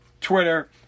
Twitter